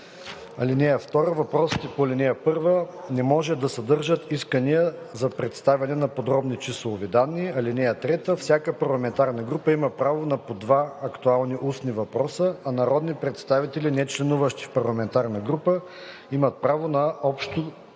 политики. (2) Въпросите по ал. 1 не може да съдържат искания за предоставяне на подробни числови данни. (3) Всяка парламентарна група има право на по два актуални устни въпроса, а народни представители, нечленуващи в парламентарна група, имат право общо